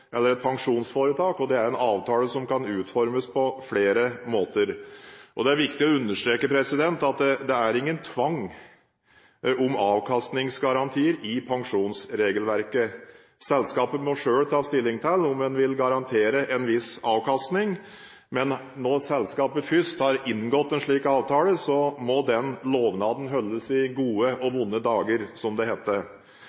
eller et pensjonsforetak – en avtale som kan utformes på flere måter. Det er viktig å understreke at det er ingen tvang om avkastningsgarantier i pensjonsregelverket. Selskapet må selv ta stilling til om en vil garantere en viss avkastning, men når selskapet først har inngått en slik avtale, må den lovnaden holdes i gode og